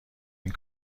این